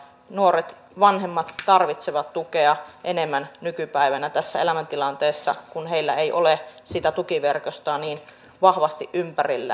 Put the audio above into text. nuoret vanhemmat tarvitsevat tukea enemmän nykypäivänä tässä elämäntilanteessa kun heillä ei ole sitä tukiverkostoa niin vahvasti ympärillään